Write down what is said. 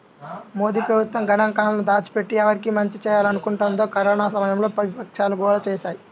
మోదీ ప్రభుత్వం గణాంకాలను దాచిపెట్టి, ఎవరికి మంచి చేయాలనుకుంటోందని కరోనా సమయంలో విపక్షాలు గోల చేశాయి